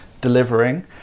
delivering